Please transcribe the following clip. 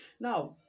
Now